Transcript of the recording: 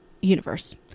universe